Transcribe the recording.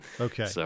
Okay